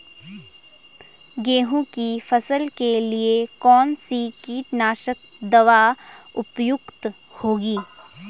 गेहूँ की फसल के लिए कौन सी कीटनाशक दवा उपयुक्त होगी?